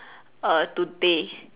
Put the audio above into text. err today